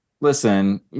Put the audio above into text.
listen